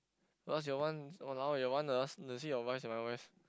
plus your one !walao eh! your one ah you see your voice and my voice